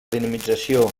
dinamització